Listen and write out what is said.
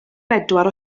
bedwar